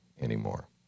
anymore